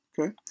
okay